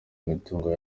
mitungo